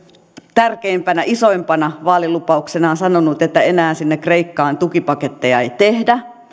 tärkeimpänä isoimpana vaalilupauksenaan sanonut että että enää sinne kreikkaan tukipaketteja ei tehdä